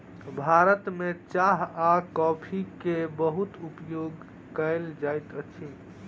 भारत में चाह आ कॉफ़ी के बहुत उपयोग कयल जाइत अछि